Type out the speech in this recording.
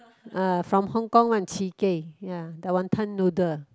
uh from Hong-Kong one Chee-Kei ya the wanton noodle